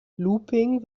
looping